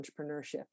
entrepreneurship